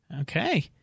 Okay